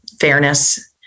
fairness